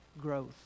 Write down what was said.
growth